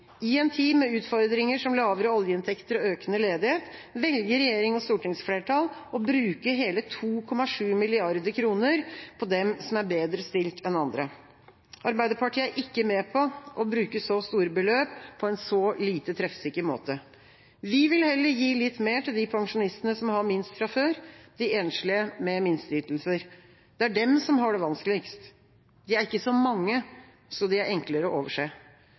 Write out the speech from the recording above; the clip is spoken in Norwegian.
I en tid med utfordringer som lavere oljeinntekter og økende ledighet velger regjeringa og stortingsflertallet å bruke hele 2,7 mrd. kr på dem som er bedre stilt enn andre. Arbeiderpartiet er ikke med på å bruke så store beløp på en så lite treffsikker måte. Vi vil heller gi litt mer til de pensjonistene som har minst fra før, de enslige med minsteytelser. Det er dem som har det vanskeligst. De er ikke så mange, så de er enklere å overse.